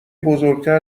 بزرگتر